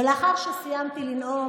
ולאחר שסיימתי לנאום,